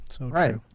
Right